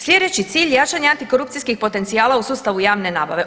Sljedeći cilj jačanja antikorupcijskih potencijala u sustavu javne nabave.